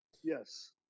Yes